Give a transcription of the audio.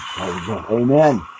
Amen